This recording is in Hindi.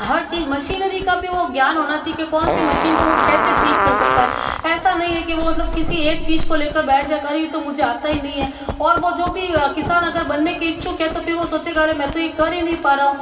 हर चीज मशीनरी का भी वो ज्ञान होना चाहिए कौन सी मशीन को कैसे ठीक कर सकता है ऐसा नहीं है कि वह मतलब किसी एक चीज को लेकर बैठ जाय कि अरे ये तो मुझे आता ही नहीं है और वह जो भी किसान अगर बनने की इच्छुक है तो फिर वो सोचेगा अरे मैं तो ये करी नहीं पा रहा हूँ